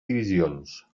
divisions